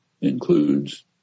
includes